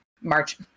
March